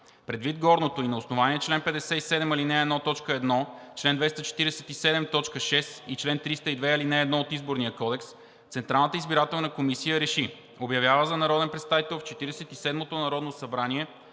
Предвид горното и на основание чл. 57, ал. 1, т. 1, чл. 247, т. 6 и чл. 302, ал. 1 от Изборния кодекс Централната избирателна комисия РЕШИ: Обявява за народен представител в 47-ото Народно събрание